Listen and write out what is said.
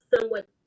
somewhat